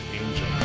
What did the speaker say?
Angel